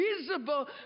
visible